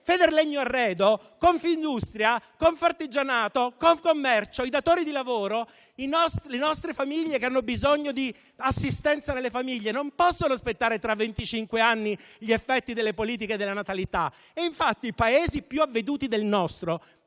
FederlegnoArredo, Confindustria, Confartigianato, Confcommercio, i datori di lavoro e le nostre famiglie che hanno bisogno di assistenza non possono aspettare venticinque anni per vedere gli effetti delle politiche della natalità. E infatti, i Paesi più avveduti del nostro